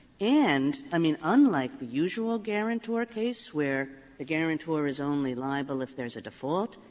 and i mean, unlike the usual guarantor case where the guarantor is only liable if there's a default,